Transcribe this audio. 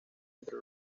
entre